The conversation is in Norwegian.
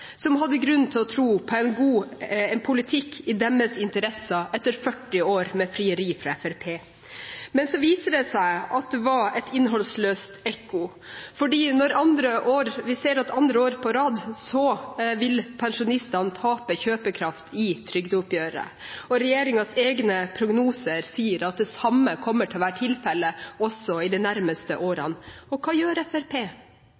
som hadde grunn til å tro på en politikk i deres interesse etter 40 år med frieri fra Fremskrittspartiet. Men så viser det seg at det var et innholdsløst ekko, for vi ser at for andre år på rad vil pensjonistene tape kjøpekraft i trygdeoppgjøret. Regjeringens egne prognoser sier at det samme kommer til å være tilfellet også i de nærmeste